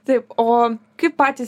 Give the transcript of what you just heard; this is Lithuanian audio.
taip o kaip patys